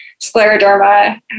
scleroderma